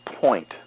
point